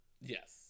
Yes